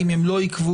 האם הם לא עיכבו,